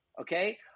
okay